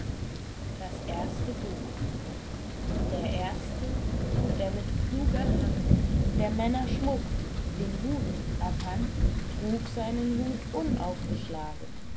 das erste buch der erste der mit kluger hand der männer schmuck den hut erfand trug seinen hut